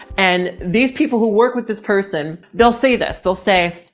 and these people who work with this person, they'll say this. they'll say,